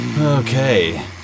Okay